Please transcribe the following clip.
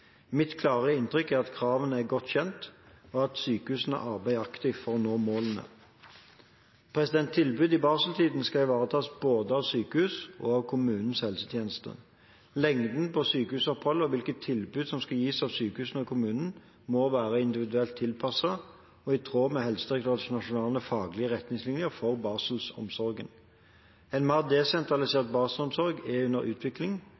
Mitt klare inntrykk er at kravene er godt kjent, og at sykehusene arbeider aktivt for å nå målene. Tilbudet i barseltiden skal ivaretas både av sykehuset og av kommunens helsetjenester. Lengden på sykehusoppholdet og hvilke tilbud som skal gis av sykehusene og kommunen, må være individuelt tilpasset og i tråd med Helsedirektoratets nasjonale faglige retningslinjer for barselomsorgen. En mer desentralisert barselomsorg er under utvikling,